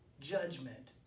judgment